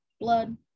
blood